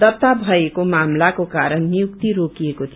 दर्त्ता भएको मामिलाको कारण नियुक्ति रोकिएको थियो